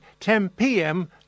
10pm